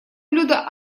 блюда